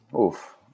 Oof